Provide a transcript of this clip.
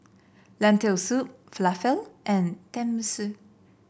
Lentil Soup Falafel and Tenmusu